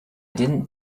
didn’t